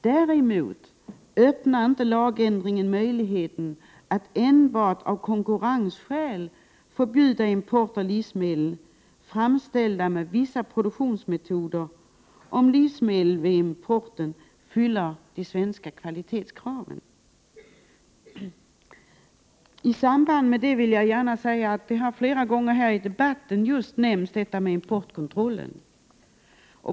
Däremot öppnar inte lagändringen möjligheten att enbart av konkurrensskäl förbjuda import av livsmedel, framställda med vissa produktionsmetoder, om livsmedlen vid importen fyller svenska kvalitetskrav. I debatten har man flera gånger nämnt importkontrollen.